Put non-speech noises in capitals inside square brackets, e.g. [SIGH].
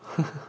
[LAUGHS]